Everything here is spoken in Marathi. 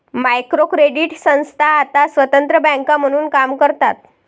मायक्रो क्रेडिट संस्था आता स्वतंत्र बँका म्हणून काम करतात